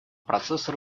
процесса